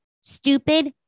stupid